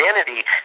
identity